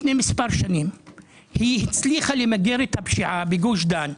לפני מספר שנים היא הצליחה למגר את הפשיעה בגוש דן,